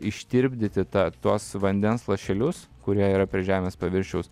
ištirpdyti tą tuos vandens lašelius kurie yra prie žemės paviršiaus